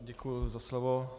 Děkuji za slovo.